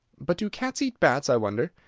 but do cats eat bats, i wonder?